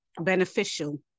beneficial